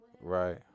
Right